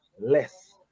less